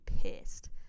pissed